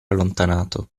allontanato